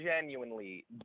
genuinely